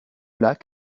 lac